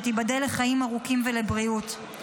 שתיבדל לחיים ארוכים ולבריאות.